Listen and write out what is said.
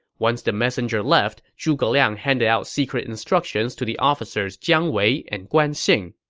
once the messenger left, zhuge liang handed out secret instructions to the officers jiang wei and guan xing